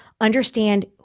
understand